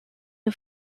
the